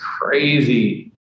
crazy